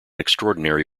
extraordinary